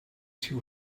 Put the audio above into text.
too